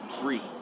three